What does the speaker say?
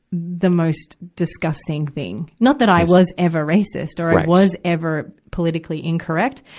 the most disgusting thing. not that i was ever racist or i was ever politically incorrect,